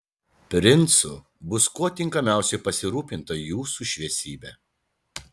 princu bus kuo tinkamiausiai pasirūpinta jūsų šviesybe